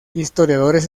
historiadores